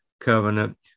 covenant